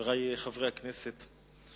חברי חברי הכנסת,